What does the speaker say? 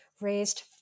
raised